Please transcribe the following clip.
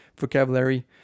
vocabulary